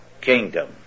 kingdom